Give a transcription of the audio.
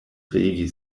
regi